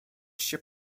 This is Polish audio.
się